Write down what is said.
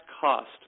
cost